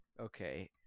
Okay